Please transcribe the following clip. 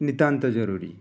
ନିତାନ୍ତ ଜରୁରୀ